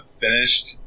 finished